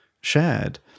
shared